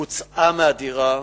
הוצאה מהדירה